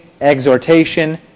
exhortation